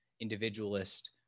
individualist